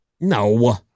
no